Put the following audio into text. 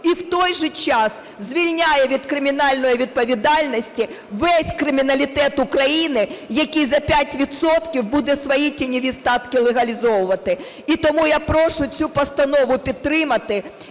і в той же час звільняє від кримінальної відповідальності весь криміналітет України, які за п'ять відсотків будуть свої тіньові статки легалізовувати. І тому я прошу цю постанову підтримати